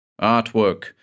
Artwork